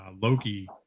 Loki